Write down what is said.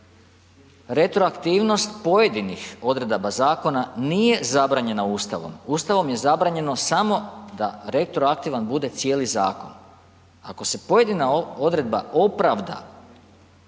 retroaktivnost pojedinih odredaba zakona nije zabranjena Ustavom, Ustavom je zabranjeno samo da retroaktivan bude cijeli zakon. Ako se pojedina odredba opravda